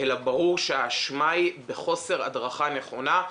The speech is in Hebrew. אלא ברור שהאשמה היא בחוסר הדרכה נכונה,